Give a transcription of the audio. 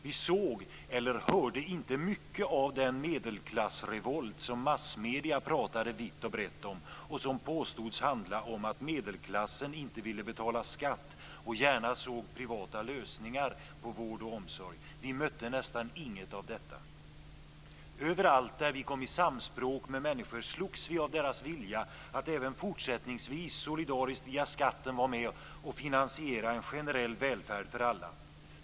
Vi såg eller hörde inte mycket av den medelklassrevolt som massmedierna pratade vitt och brett om och som påstods handla om att medelklassen inte ville betala skatt och gärna såg privata lösningar på vård och omsorg. Vi mötte nästan inget av detta. Överallt där vi kom i samspråk med människor slogs vi av deras vilja att även fortsättningsvis solidariskt via skatten vara med och finansiera en generell välfärd för alla.